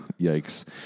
yikes